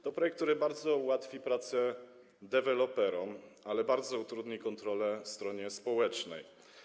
To projekt, który bardzo ułatwi pracę deweloperom, ale bardzo utrudni kontrolę stronie społecznej.